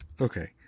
Okay